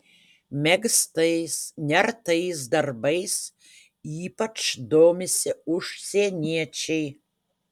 megztais nertais darbais ypač domisi užsieniečiai